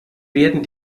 werden